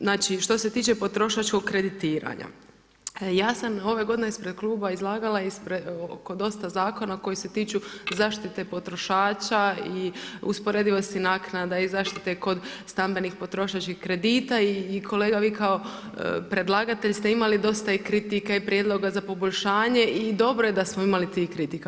Znači što se tiče potrošačkog kreditiranja ja sam ove godine ispred kluba izlagala kod dosta zakona koji se tiču zaštite potrošača i usporedivosti naknada i zaštite kod stambenih potrošačkih kredita i kolega vi kao predlagatelj ste imali dosta i kritika i prijedloga za poboljšanje i dobro je da smo imali tih kritika.